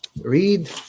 read